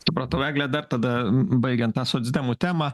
supratau egle dar tada baigiant tą socdemų temą